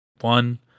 One